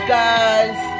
guys